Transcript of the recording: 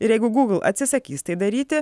ir jeigu google atsisakys tai daryti